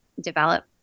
develop